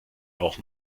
auch